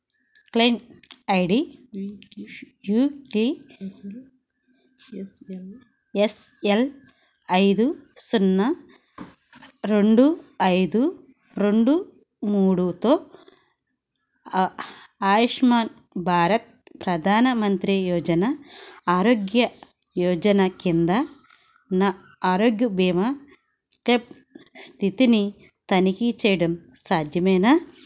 claim I D U క్లి S L ఐదు సున్నా రెండు ఐదు రెండు మూడుతో ఆయుష్మాన్ భారత్ ప్రధానమంత్రి యోజన ఆరోగ్య యోజన కింద నా ఆరోగ్య భీమా క్లెయిమ్ స్థితిని తనిఖీ చేయడం సాధ్యమేనా